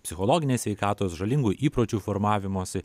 psichologinės sveikatos žalingų įpročių formavimosi